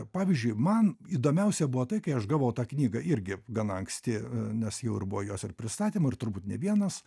pavyzdžiui man įdomiausia buvo tai kai aš gavau tą knygą irgi gana anksti nes jau ir buvo jos ir pristatymų ir turbūt ne vienas